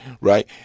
right